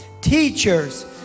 Teachers